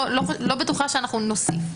אני לא בטוחה שאנחנו נוסיף.